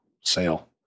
sale